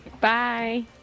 Bye